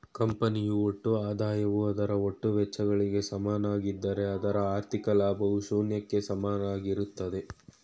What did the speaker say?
ಕಂಪನಿಯು ಒಟ್ಟು ಆದಾಯವು ಅದರ ಒಟ್ಟು ವೆಚ್ಚಗಳಿಗೆ ಸಮನಾಗಿದ್ದ್ರೆ ಅದರ ಹಾಥಿ೯ಕ ಲಾಭವು ಶೂನ್ಯಕ್ಕೆ ಸಮನಾಗಿರುತ್ತದೆ